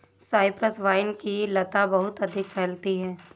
Cyprus vine की लता बहुत अधिक फैलती है